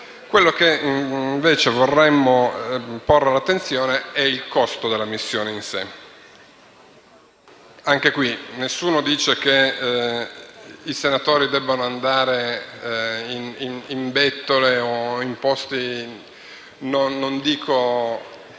Quello che invece vorremmo porre all'attenzione è il costo della missione in sé. Anche in questo caso, nessuno dice che i senatori devono andare in bettole o in posti non consoni